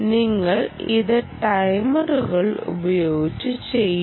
നിങ്ങൾ ഇത് ടൈമറുകൾ ഉപയോഗിച്ച് ചെയ്യുന്നു